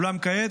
אולם כעת,